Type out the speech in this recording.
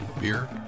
beer